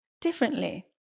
differently